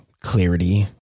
clarity